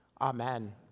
Amen